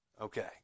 Okay